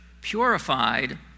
purified